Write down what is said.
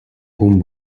хүн